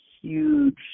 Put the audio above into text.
huge